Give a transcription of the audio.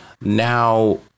Now